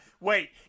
wait